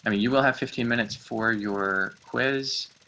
i mean you will have fifteen minutes for your quiz.